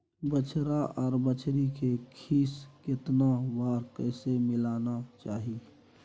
बछरा आर बछरी के खीस केतना आर कैसे पिलाना चाही?